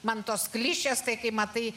man tos klišės tai kai matai